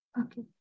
Okay